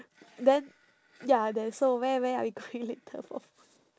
then ya then so where where are we going later for food